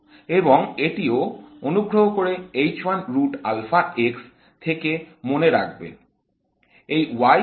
এবং এটিও অনুগ্রহ করে থেকে মনে রাখবেন এই y হল